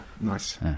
nice